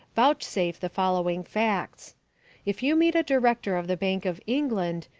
vouchsafe the following facts if you meet a director of the bank of england,